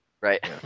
Right